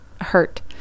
hurt